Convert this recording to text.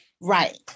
Right